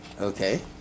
Okay